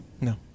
No